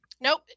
Nope